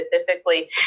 specifically